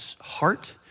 heart